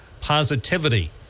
positivity